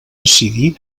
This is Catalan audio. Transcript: decidir